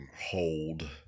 hold